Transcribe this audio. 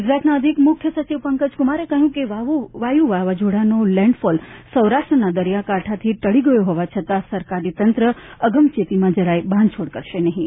ગુજરાતના અધિક મુખ્ય સચિવ પંકજ કુમારે કહ્યું છે કે વાયુ વાવાઝોડાનો લેન્ડફોલ સૌરાષ્ટ્રના દરિયાકાંઠેથી ટળી ગયો હોવા છતાં સરકારી તંત્ર અગમચેતીમાં જરાય બાંધછોડ કરશે નહીં